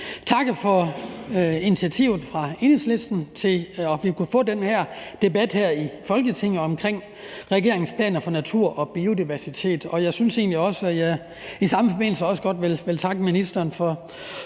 takke for initiativet fra Enhedslisten til, at vi kunne få den her debat her i Folketinget omkring regeringens planer for natur og biodiversitet. Jeg synes egentlig, at jeg i samme forbindelse også godt vil takke ministeren for